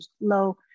low